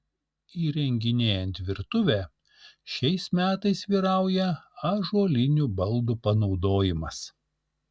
įrenginėjant virtuvę šiais metais vyrauja ąžuolinių baldų panaudojimas